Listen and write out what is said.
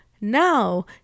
now